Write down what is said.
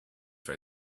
her